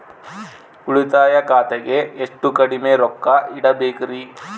ಉಳಿತಾಯ ಖಾತೆಗೆ ಎಷ್ಟು ಕಡಿಮೆ ರೊಕ್ಕ ಇಡಬೇಕರಿ?